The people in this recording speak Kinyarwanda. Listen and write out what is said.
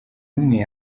umwe